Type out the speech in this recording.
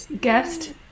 guest